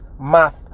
math